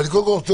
אני מברך על